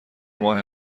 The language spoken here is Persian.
ماه